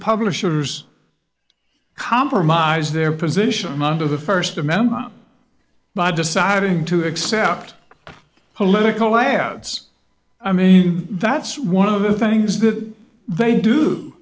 publishers compromise their position under the st amendment by deciding to accept political ads i mean that's one of the things that they do